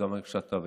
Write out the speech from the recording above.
גם בירושלים,